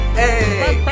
hey